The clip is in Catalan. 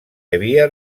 havia